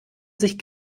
sich